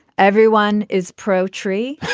everyone is pro tree.